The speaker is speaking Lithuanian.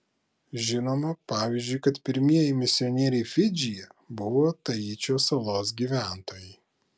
žinoma pavyzdžiui kad pirmieji misionieriai fidžyje buvo taičio salos gyventojai